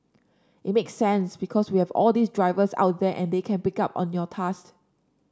it makes sense because we have all these drivers out there and they can pick up on your task